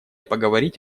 поговорить